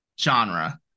genre